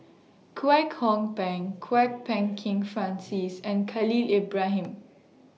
Kwek Hong Png Kwok Peng Kin Francis and Khalil Ibrahim